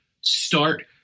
start